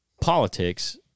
politics